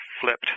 flipped